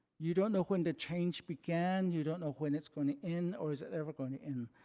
you don't know when the change began. you don't know when it's going to end or is it ever going to end.